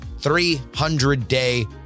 300-day